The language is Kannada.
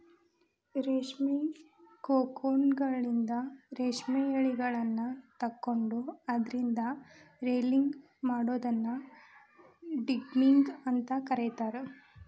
ರೇಷ್ಮಿ ಕೋಕೂನ್ಗಳಿಂದ ರೇಷ್ಮೆ ಯಳಿಗಳನ್ನ ತಕ್ಕೊಂಡು ಅದ್ರಿಂದ ರೇಲಿಂಗ್ ಮಾಡೋದನ್ನ ಡಿಗಮ್ಮಿಂಗ್ ಅಂತ ಕರೇತಾರ